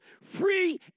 free